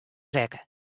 rekke